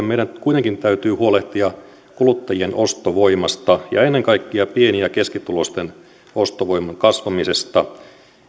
meidän kuitenkin täytyy huolehtia kuluttajien ostovoimasta ja ennen kaikkea pieni ja keskituloisten ostovoiman kasvamisesta